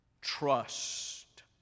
trust